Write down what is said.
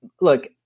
look